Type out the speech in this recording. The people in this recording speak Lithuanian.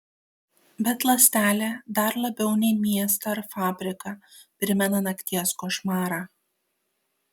bet ląstelė dar labiau nei miestą ar fabriką primena nakties košmarą